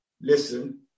listen